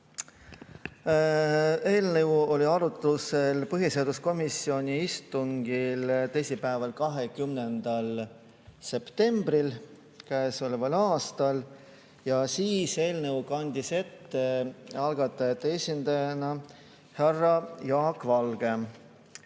Eelnõu oli arutlusel põhiseaduskomisjoni istungil teisipäeval, 20. septembril käesoleval aastal ja siis kandis eelnõu algatajate esindajana ette härra Jaak Valge.